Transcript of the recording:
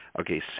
okay